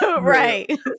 Right